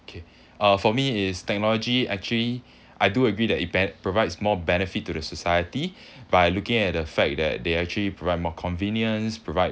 K uh for me is technology actually I do agree that it ben~ it provides more benefit to the society by looking at the fact that they actually provide more convenience provide